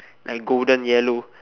like golden yellow